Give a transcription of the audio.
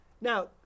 Now